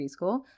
preschool